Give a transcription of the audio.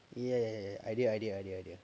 yeah idea idea idea